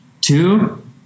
two